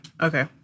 Okay